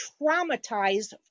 traumatized